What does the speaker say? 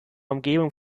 umgebung